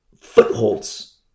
footholds